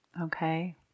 Okay